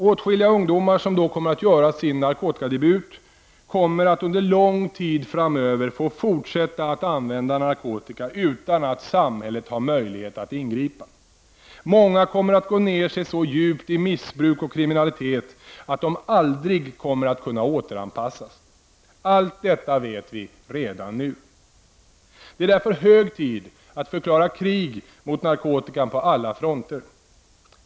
Åtskilliga ungdomar, som då kommer att göra sin narkotikadebut, kommer att under lång tid framöver få fortsätta att använda narkotika utan att samhället har möjlighet att ingripa. Många kommer att gå ned sig så djupt i missbruk och kriminalitet att de aldrig kommer att kunna återanpassas. Allt detta vet vi redan nu. Det är därför hög tid att förklara krig mot narkotikan på alla fronter.